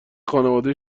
خانواده